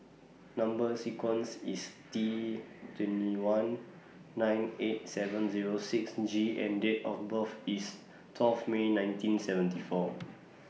Number sequence IS T twenty one nine eight seven Zero six G and Date of birth IS twelve May nineteen seventy four